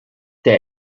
der